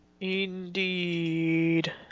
indeed